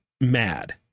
mad